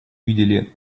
увидели